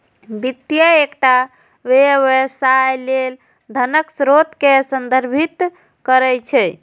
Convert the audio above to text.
वित्त एकटा व्यवसाय लेल धनक स्रोत कें संदर्भित करै छै